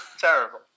Terrible